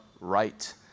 right